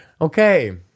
Okay